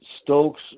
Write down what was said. Stokes